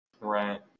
Right